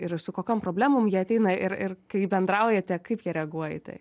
ir su kokiom problemom jie ateina ir ir kai bendraujate kaip jie reaguoja į tai